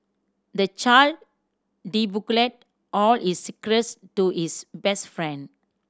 the child all his secrets to his best friend